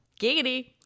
Giggity